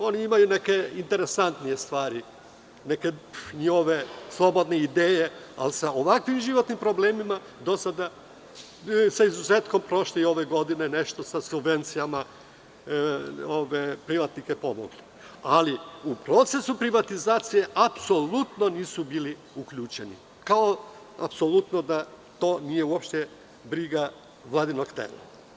Oni imaju neke interesantnije stvari, neke njihove slobodne ideje, ali sa ovakvim životnim problemima do sada, sa izuzetkom prošle i ove godine, nešto su sa subvencijama privatnike pomogli, ali u procesu privatizacije apsolutno nisu bili uključeni, kao da to apsolutno uopšte nije briga vladinog tela.